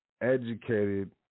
educated